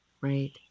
Right